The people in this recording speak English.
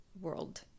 world